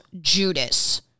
Judas